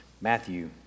Matthew